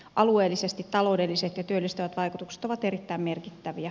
alueellisesti taloudelliset ja työllistävät vaikutukset ovat erittäin merkittäviä